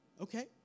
Okay